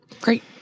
Great